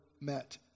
met